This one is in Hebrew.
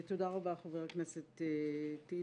תודה רבה, חבר הכנסת טיבי.